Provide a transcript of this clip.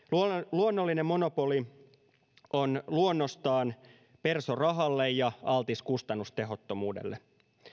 luonnollinen monopoli on luonnostaan perso rahalle ja altis kustannustehottomuudelle